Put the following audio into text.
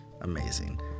amazing